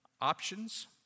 Options